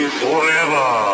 forever